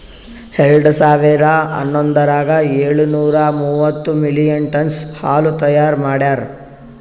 ಎರಡು ಸಾವಿರಾ ಹನ್ನೊಂದರಾಗ ಏಳು ನೂರಾ ಮೂವತ್ತು ಮಿಲಿಯನ್ ಟನ್ನ್ಸ್ ಹಾಲು ತೈಯಾರ್ ಮಾಡ್ಯಾರ್